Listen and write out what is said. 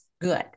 good